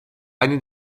eine